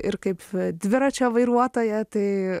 ir kaip dviračio vairuotoja tai